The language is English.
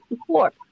support